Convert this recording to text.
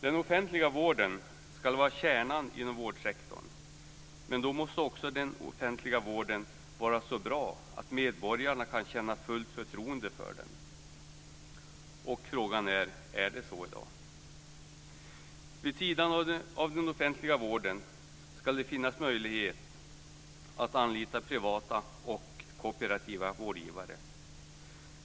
Den offentliga vården ska vara kärnan inom vårdsektorn, men då måste också den offentliga vården vara så bra att medborgarna kan känna fullt förtroende för den. Frågan är: Är det så i dag? Vid sidan av den offentliga vården ska det finnas möjlighet att anlita privata och kooperativa vårdgivare.